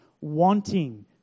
wanting